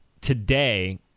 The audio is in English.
today